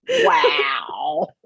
Wow